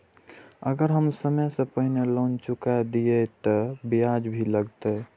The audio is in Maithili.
अगर हम समय से पहले लोन चुका देलीय ते ब्याज भी लगते?